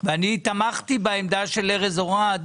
אני תמכתי בעמדה של ארז אורעד